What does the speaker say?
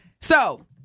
So-